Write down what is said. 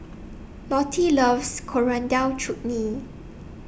Lottie loves Coriander Chutney